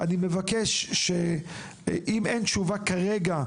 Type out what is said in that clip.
אני מבקש שאם אין תשובה כרגע,